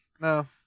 No